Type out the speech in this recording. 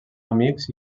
amics